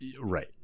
Right